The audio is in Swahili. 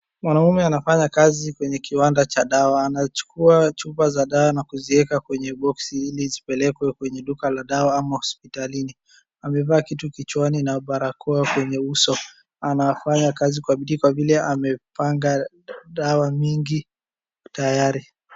Mwanaume anafanya kazi kwenye kiwanda cha dawa. Anachukua chupa za dawa na kuzieka kwenye boksi ili zipelekwe kwenye duka la dawa ama hospitalini. Amevaa kitu kichwani na barakoa kwenye uso anafanya kazi kwaa bidiii kwa vile amepanga dawa mingi tayari.